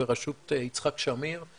בראשות יצחק שמיר,